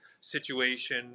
situation